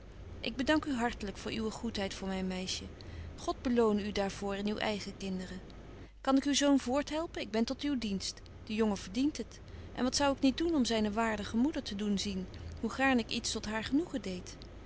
ik bedank u hartelyk voor uwe goedheid voor myn meisje god belone u daar voor in uwe eigen kinderen kan ik uw zoon voorthelpen ik ben tot uw dienst de jongen verdient het en wat zou ik niet doen om zyne waardige moeder te doen zien hoe gaarn ik iets tot haar genoegen deed